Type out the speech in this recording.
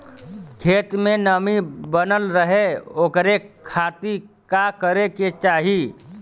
खेत में नमी बनल रहे ओकरे खाती का करे के चाही?